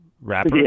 rapper